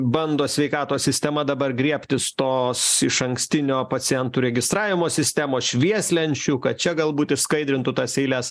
bando sveikatos sistema dabar griebtis tos išankstinio pacientų registravimo sistemos švieslenčių kad čia galbūt išskaidrintų tas eiles